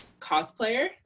cosplayer